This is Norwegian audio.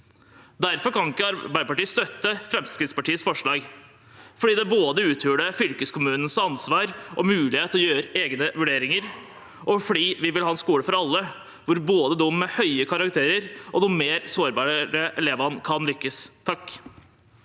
Derfor kan ikke Arbeiderpartiet støtte Fremskrittspartiets forslag. Det er fordi det både uthuler fylkeskommunens ansvar og mulighet til å gjøre egne vurderinger, og fordi vi vil ha en skole for alle, hvor både de med høye karakterer og de mer sårbare elevene kan lykkes.